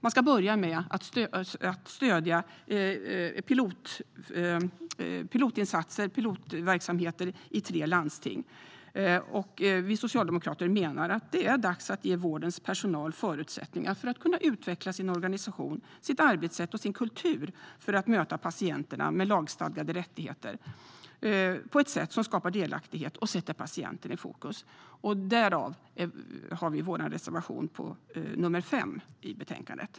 Man ska börja stödja pilotverksamheter i tre landsting. Vi socialdemokrater menar att det är dags att ge vårdens personal förutsättningar att utveckla sin organisation, sitt arbetssätt och sin kultur för att möta patienterna med lagstadgade rättigheter på ett sätt som skapar delaktighet och sätter patienten i fokus. Därav har vi vår reservation nr 5 i betänkandet.